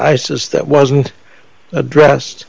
isis that wasn't addressed